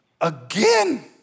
again